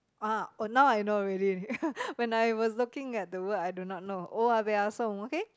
!ah! oh now I know already when I was looking at the word I do not know owa peya som okay